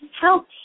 help